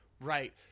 right